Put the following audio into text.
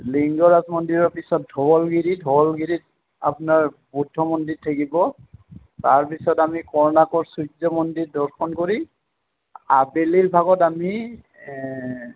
লিংগৰাজ মন্দিৰৰ পিছত ঢৌলগিৰি ঢৌলগিৰিত আপোনাৰ বৌদ্ধ মন্দিৰ থাকিব তাৰপিছত আমি কৰ্ণাকৰ সূৰ্য মন্দিৰ দৰ্শন কৰি আবেলিৰ ভাগত আমি